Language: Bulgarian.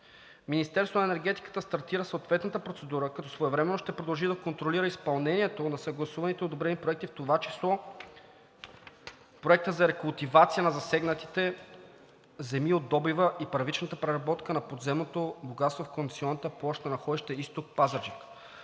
Министерството на енергетиката стартира съответната процедура, като своевременно ще продължи да контролира изпълнението на съгласуваните одобрени проекти, в това число Проекта за рекултивация на засегнатите земи от добива и първичната преработка на подземното богатство в концесионната площ на находище „Изток“ – Пазарджик.